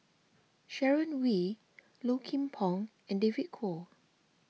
Sharon Wee Low Kim Pong and David Kwo